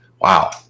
wow